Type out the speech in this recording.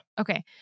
Okay